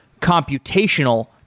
computational